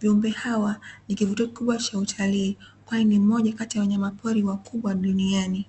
Viumbe hawa ni kivutio kikubwa cha utalii kwani ni moja kati ya wanyamapori wakubwa duniani.